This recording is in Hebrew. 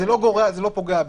זה לא פוגע בזה.